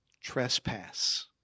trespass